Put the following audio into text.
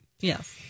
Yes